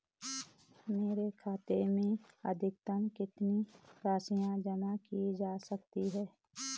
मेरे खाते में अधिकतम कितनी राशि जमा की जा सकती है?